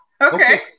Okay